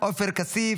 עופר כסיף,